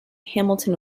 hamilton